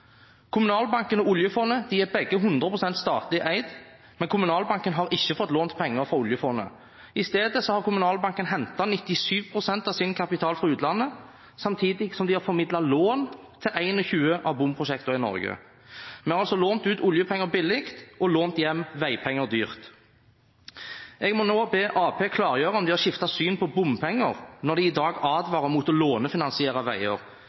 Kommunalbanken og oljefondet er begge 100 pst. statlig eid, men Kommunalbanken har ikke fått låne penger av oljefondet. Isteden har Kommunalbanken hentet 97 pst. av sin kapital fra utlandet, samtidig som den har formidlet lån til 21 av bomprosjektene i Norge. Vi har altså lånt ut oljepenger billig og lånt hjem veipenger dyrt. Jeg må nå be Arbeiderpartiet klargjøre om de har skiftet syn på bompenger når de i dag advarer mot å lånefinansiere veier,